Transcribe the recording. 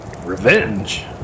Revenge